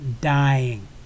dying